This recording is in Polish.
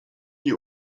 nie